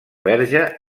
verge